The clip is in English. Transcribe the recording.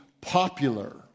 popular